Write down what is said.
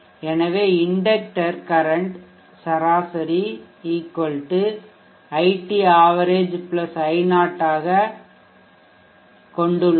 எனவே inductor current சராசரி iT average i0 ஆகக் கொண்டுள்ளோம்